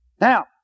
Now